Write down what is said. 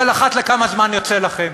אבל אחת לכמה זמן יוצא לכם.